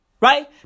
Right